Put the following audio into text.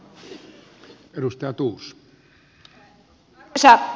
arvoisa puhemies